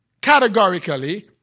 categorically